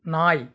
நாய்